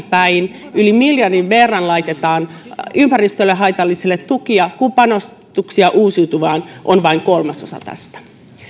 päin yli miljardin verran laitetaan ympäristölle haitallisia tukia kun panostuksia uusiutuvaan on vain kolmasosa tästä